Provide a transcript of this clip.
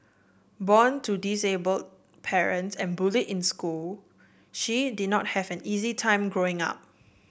born to disabled parents and bullied in school she did not have an easy time Growing Up